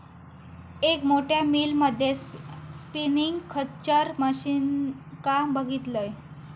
एक मोठ्या मिल मध्ये स्पिनींग खच्चर मशीनका बघितलंय